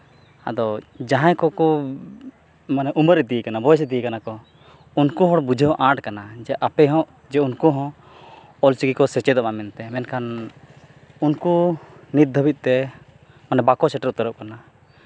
ᱟᱫᱚ ᱡᱟᱦᱟᱸᱭ ᱠᱚᱠᱚ ᱩᱢᱟᱹᱨ ᱤᱫᱤ ᱠᱟᱱᱟ ᱠᱚ ᱢᱟᱱᱮ ᱵᱚᱭᱮᱥ ᱤᱫᱤ ᱠᱟᱱᱟ ᱠᱚ ᱩᱱᱠᱩ ᱦᱚᱸ ᱵᱩᱡᱷᱟᱹᱣ ᱟᱸᱴ ᱠᱟᱱᱟ ᱡᱮ ᱟᱯᱮᱦᱚᱸ ᱩᱱᱠᱩ ᱦᱚᱸ ᱚᱞᱪᱤᱠᱤ ᱠᱚ ᱥᱮᱪᱮᱫᱚᱜᱼᱟ ᱢᱮᱱᱛᱮ ᱢᱮᱱᱠᱷᱟᱱ ᱩᱱᱠᱩ ᱱᱤᱛ ᱫᱷᱟᱹᱵᱤᱡᱼᱛᱮ ᱢᱟᱱᱮ ᱵᱟᱠᱚ ᱥᱮᱴᱮᱨ ᱩᱛᱟᱹᱨᱚᱜ ᱠᱟᱱᱟ